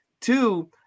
Two